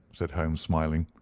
said holmes, smiling.